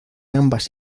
ambas